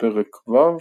בפרק ו',